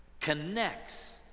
connects